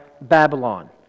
Babylon